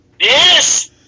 Yes